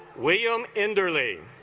william and early